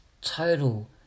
total